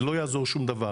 לא יעזור שום דבר,